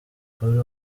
kuri